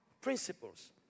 principles